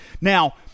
Now